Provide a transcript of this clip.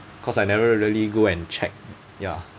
cause I never really go and check ya